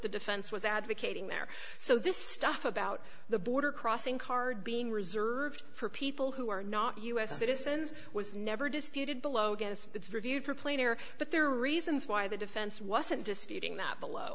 the defense was advocating there so this stuff about the border crossing card being reserved for people who are not u s citizens was never disputed below against it's reviewed for planar but there are reasons why the defense wasn't disputing that below